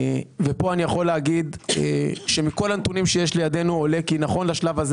כאן אני יכול להגיד שמכל הנתונים שיש לנו עולה שנכון לשלב הזה